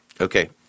okay